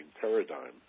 paradigm